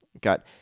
got